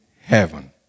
heaven